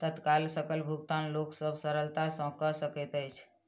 तत्काल सकल भुगतान लोक सभ सरलता सॅ कअ सकैत अछि